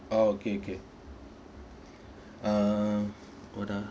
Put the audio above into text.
oh okay okay uh hold on